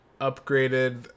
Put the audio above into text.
upgraded